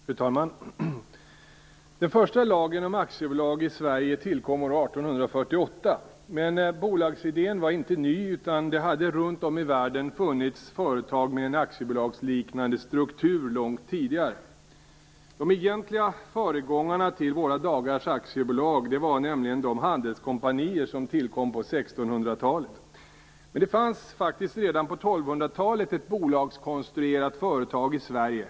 Fru talman! Den första lagen om aktiebolag i Sverige tillkom år 1848. Men bolagsidén var inte ny. Det hade runtom i världen funnits företag med en aktiebolagsliknande struktur långt tidigare. De egentliga föregångarna till våra dagars aktiebolag var nämligen de handelskompanier som tillkom på 1600-talet. Dock fanns redan på 1200-talet ett bolagskonstruerat företag i Sverige.